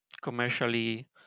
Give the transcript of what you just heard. commercially